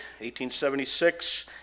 1876